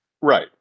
Right